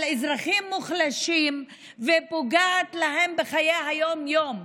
על אזרחים מוחלשים, ופוגעת להם בחיי היום-יום.